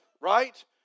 right